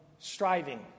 Striving